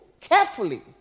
carefully